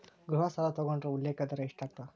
ಗೃಹ ಸಾಲ ತೊಗೊಂಡ್ರ ಉಲ್ಲೇಖ ದರ ಎಷ್ಟಾಗತ್ತ